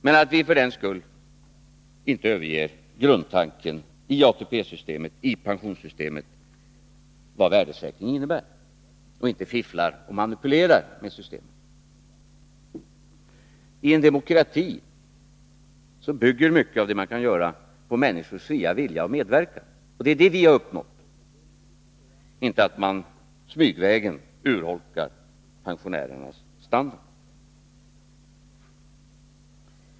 Men för den skull överger vi inte grundtanken i ATP-systemet, i pensionssystemet och i innebörden av värdesäkringen, inte heller fifflar vi och manipulerar med systemet. I en demokrati bygger mycket av det man kan göra på människors fria vilja att medverka — det är detta vi har uppnått — inte på att man smygvägen urholkar pensionärernas standard.